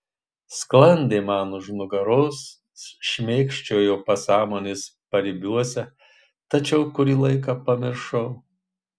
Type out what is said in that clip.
sklandė man už nugaros šmėkščiojo pasąmonės paribiuose tačiau kurį laiką pamiršau